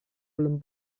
belum